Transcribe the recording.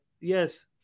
Yes